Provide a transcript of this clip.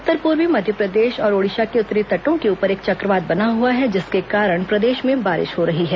उत्तर पूर्वी मध्यप्रदेश और ओडिशा के उत्तरी तटों के ऊपर एक चक्रवात बना हुआ है जिसके कारण प्रदेश में बारिश हो रही है